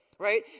right